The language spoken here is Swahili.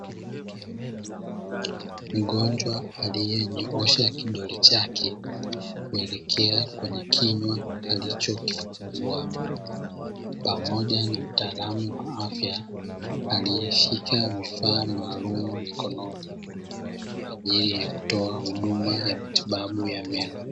Mgonjwa aliyenyoosha kidole chake kuelekea kwenye kinywa alichokifungua, pamoja na mtaalamu wa afya aliyeshika vifaa maalumu mkononi kwa ajili ya kutoa huduma ya matibabu ya meno.